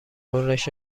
غرش